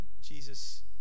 Jesus